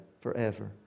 forever